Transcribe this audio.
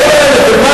שניכם.